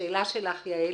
והשאלה שלך יעל,